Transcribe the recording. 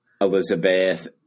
Elizabeth